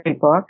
book